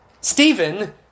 Stephen